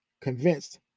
convinced